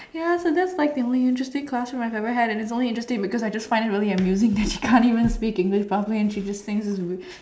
ya so that's like the only interesting classroom I ever had and its only interesting because I just find it really amusing that she can't even speak English properly and she just sings this